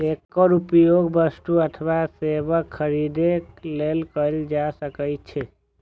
एकर उपयोग वस्तु अथवा सेवाक खरीद लेल कैल जा सकै छै